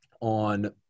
on